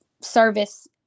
service